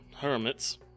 hermits